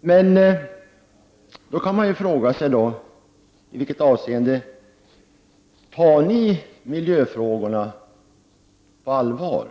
Får jag ställa frågan rent konkret: I vilket avseende tar ni miljöfrågorna på allvar?